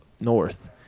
north